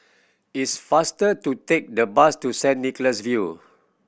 it's faster to take the bus to Saint Nicholas View